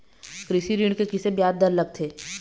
कृषि ऋण के किसे ब्याज दर लगथे?